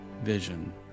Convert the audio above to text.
vision